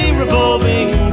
revolving